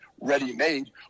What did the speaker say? ready-made